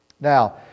Now